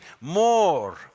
more